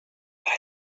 ولی